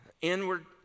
Inward